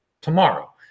tomorrow